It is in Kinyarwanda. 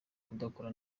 kudakora